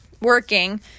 working